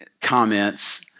comments